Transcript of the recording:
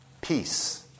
peace